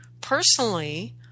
Personally